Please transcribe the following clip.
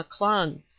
mcclung